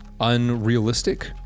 unrealistic